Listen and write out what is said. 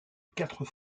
quatre